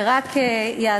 זה רק יעזור,